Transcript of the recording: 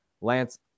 Lance